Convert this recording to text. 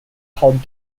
called